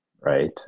Right